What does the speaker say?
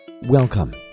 Welcome